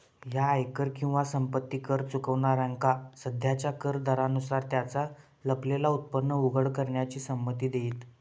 ह्या आयकर किंवा संपत्ती कर चुकवणाऱ्यांका सध्याच्या कर दरांनुसार त्यांचा लपलेला उत्पन्न उघड करण्याची संमती देईत